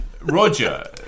Roger